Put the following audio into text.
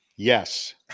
Yes